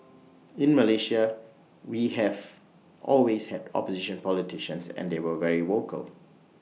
in Malaysia we have always had opposition politicians and they were very vocal